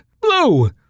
Blue